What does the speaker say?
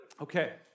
Okay